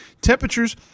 Temperatures